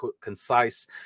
concise